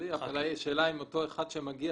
אם אותו אחד שמגיע